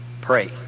pray